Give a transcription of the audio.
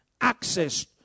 access